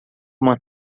uma